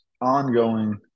ongoing